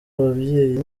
ababyeyi